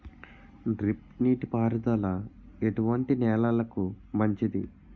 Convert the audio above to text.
Drip నీటి పారుదల ఎటువంటి నెలలకు మంచిది?